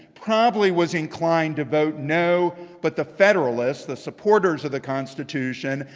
probably was inclined to vote no, but the federalists, the supporters of the constitution,